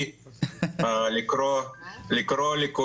אני חושב שהגיעה השעה, כבוד